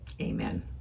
Amen